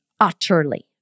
utterly